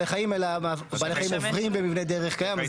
חיים אלא בעלי חיים עוברים במבנה דרך קיים.